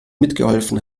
mitgeholfen